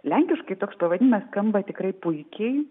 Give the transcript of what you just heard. lenkiškai toks pavadinimas skamba tikrai puikiai